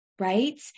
Right